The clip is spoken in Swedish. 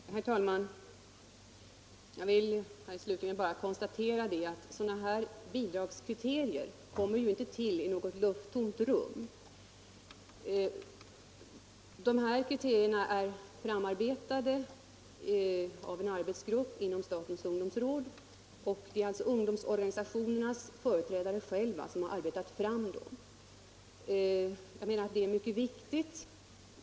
Herr talman! Jag har ställt en fråga till statsrådet Lena Hjelm-Wallén. Från henne har jag fått svar. Jag har ställt en fråga till herr Sellgren. Från honom har jag inte fått svar, och det beklagar jag, därför att det var viktigt att också få svar på frågan om herr Sellgren tycker Nr 49 att det är lämpligt att ha en sådan ledare som tidningen Dagen hade, Torsdagen den Herr talman! Jag vill slutligen bara konstatera att bidragskriterier inte = vikariatsersättning kommer till i något lufttomt rum. Dessa kriterier är framarbetade av för ämneslärarkanen arbetsgrupp inom statens ungdomsråd. Det är alltså ungdomsorga = didater nisationernas företrädare själva som har arbetat fram dem. Jag anser att detta är mycket viktigt.